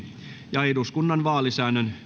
ja eduskunnan vaalisäännön